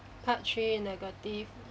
part three negative